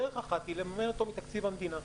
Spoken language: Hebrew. דרך אחת היא לממן אותו מתקציב המדינה,